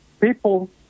people